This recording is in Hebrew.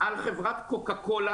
על חברת קוקה קולה,